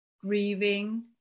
grieving